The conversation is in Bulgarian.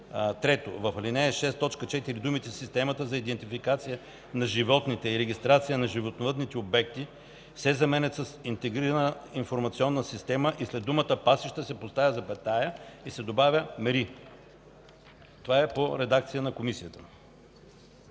3. В ал. 6, т. 4 думите „Системата за идентификация на животните и регистрация на животновъдните обекти” се заменят с „Интегрираната информационна система” и след думата „пасища” се поставя запетая и се добавя „мери”.” Това е по редакцията на Комисията.